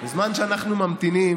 בזמן שאנחנו ממתינים